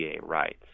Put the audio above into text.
rights